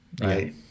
right